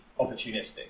opportunistic